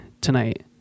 tonight